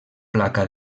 placa